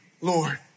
Lord